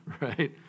right